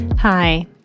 Hi